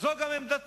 זו גם עמדתו.